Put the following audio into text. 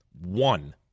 One